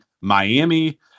Miami